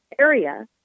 area